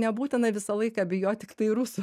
nebūtina visą laiką bijot tiktai rusų